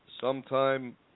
sometime